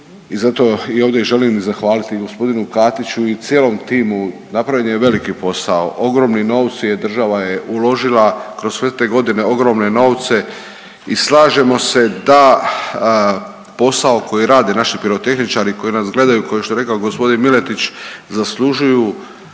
i zato i ovdje želim zahvaliti i gospodinu Katiću i cijelom timu. Napravljen je veliki posao. Ogromni novci, država je uložila kroz sve te godine ogromne novce i slažemo se da posao koji rade naši pirotehničari koji nas gledaju, kao što je rekao gospodin Miletić zaslužuju